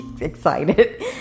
excited